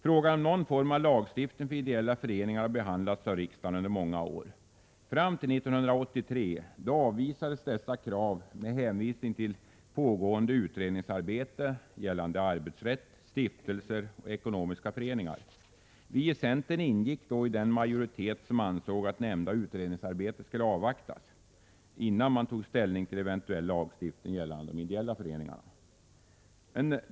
Frågan om någon form av lagstiftning för ideella föreningar har behandlats av riksdagen under många år. Fram till 1983 avvisades dessa krav med hänvisning till pågående utredningsarbete, gällande arbetsrätt, stiftelser och ekonomiska föreningar. Vi i centern ingick då i den majoritet som ansåg att nämnda utredningsarbete skulle avvaktas innan man tog ställning till eventuell lagstiftning gällande ideella föreningar.